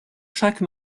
chaque